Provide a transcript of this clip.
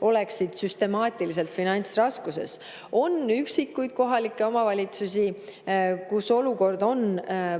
oleksid süstemaatiliselt finantsraskustes. On üksikuid kohalikke omavalitsusi, kus olukord on